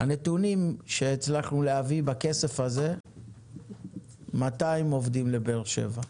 הנתונים שהצלחנו להביא בכסף הזה מאתיים עובדים לבאר שבע.